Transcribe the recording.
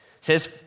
says